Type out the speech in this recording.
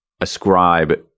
ascribe